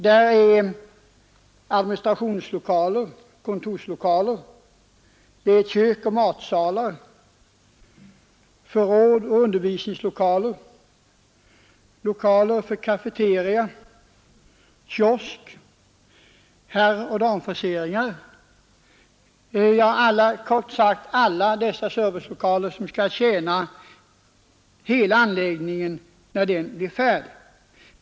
Där är administrationslokaler, kontorslokaler, kök och matsalar, förråd och undervisningslokaler, lokaler för cafeteria, kök, herroch damfriseringar, kort sagt alla de servicelokaler som skall betjäna hela anläggningen när den blir färdig.